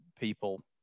people